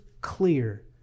clear